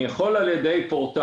אני יכול לעשות את זה על ידי פורטל.